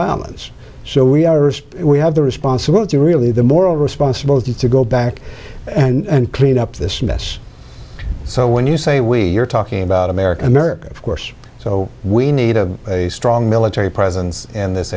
violence so we we have the responsibility really the moral responsibility to go back and clean up this mess so when you say we you're talking about america america of course so we need a strong military presence in this